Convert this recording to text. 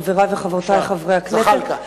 חברי וחברותי חברי הכנסת,